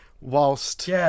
whilst